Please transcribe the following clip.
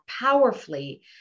powerfully